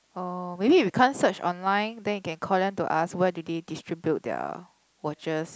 orh maybe we can't search online then you can call them to ask where do they distribute their watches